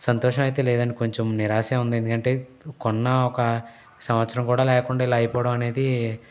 సంతోషం అయితే లేదండి కొంచెం నిరాశ ఉంది ఎందుకంటే కొన్న ఒక సంవత్సరం కూడా లేకుండా ఇలా అయిపోవడం అనేది